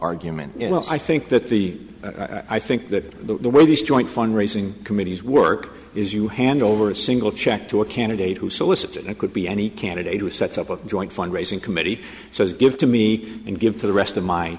argument i think that the i think that the way these joint fundraising committees work is you hand over a single check to a candidate who solicits it could be any candidate who sets up a joint fundraising committee says give to me and give to the rest of my